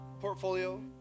Portfolio